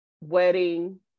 wedding